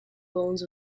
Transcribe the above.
bones